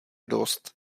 dost